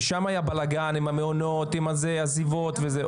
כי שם היה בלגן עם המעונות, עם הזה, עזיבות וזה.